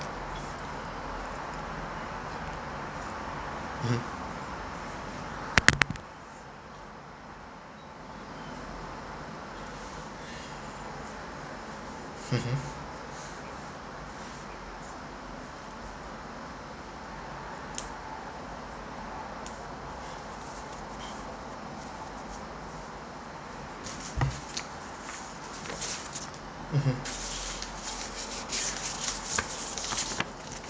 mmhmm mmhmm mmhmm